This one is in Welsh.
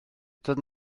dod